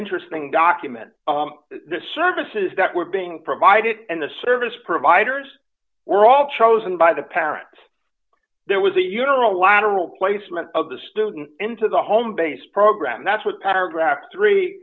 interesting document the services that were being provided and the service providers were all chosen by the parents there was a unilateral placement of the student into the home based program that's what paragraph three